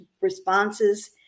responses